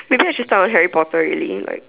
maybe I should start on Harry Potter really like